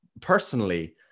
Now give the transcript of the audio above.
personally